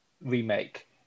remake